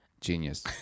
genius